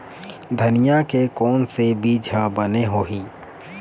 धनिया के कोन से बीज बने होही?